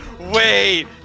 wait